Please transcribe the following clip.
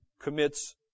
commits